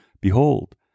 Behold